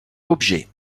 objet